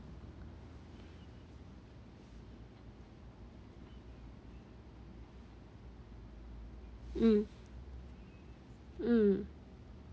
mm mm